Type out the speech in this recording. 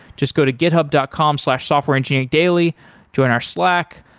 just go to github dot com slash softwareengineeringdaily, join our slack,